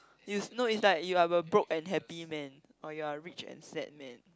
you is like you are a broke and happy man or you're a rich and sad man